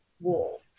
Wall